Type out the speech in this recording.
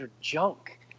junk